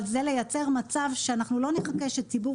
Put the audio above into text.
אבל זה לייצר מצב שאנחנו לא נחכה שציבור